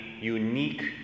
unique